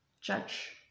Judge